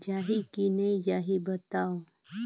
जाही की नइ जाही बताव?